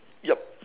yup